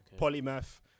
polymath